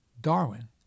Darwin